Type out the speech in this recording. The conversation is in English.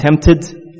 tempted